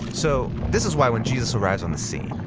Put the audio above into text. so, this is why when jesus arrives on the scene,